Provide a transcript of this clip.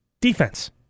defense